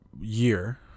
year